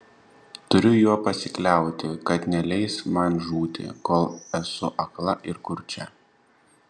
turiu juo pasikliauti kad neleis man žūti kol esu akla ir kurčia